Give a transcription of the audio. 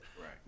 right